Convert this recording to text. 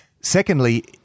Secondly